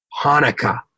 Hanukkah